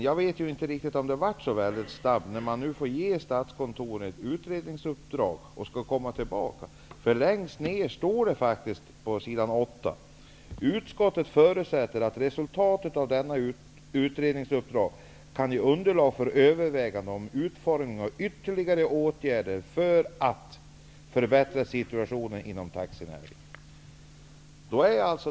Jag vet inte om det har gått så väldigt snabbt som det har sagts. Man ger ju Statskontoret ett utredningsuppdrag och skall återkomma. Längst ned på s. 8 i betänkandet står det faktiskt: ''Utskottet förutsätter att resultatet av detta utredningsuppdrag kan ge underlag för överväganden om utformning av ytterligare åtgärder för att förbättra situationen inom taxinäringen.''